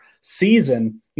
season